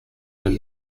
del